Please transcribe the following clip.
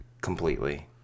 completely